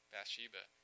Bathsheba